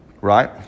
Right